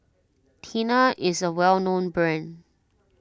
Tena is a well known brand